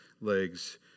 legs